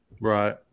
Right